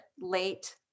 late